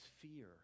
fear